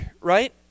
right